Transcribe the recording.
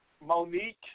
Monique